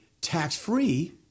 tax-free